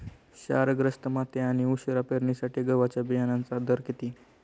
क्षारग्रस्त माती आणि उशिरा पेरणीसाठी गव्हाच्या बियाण्यांचा दर किती?